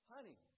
Honey